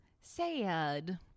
sad